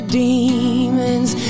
demons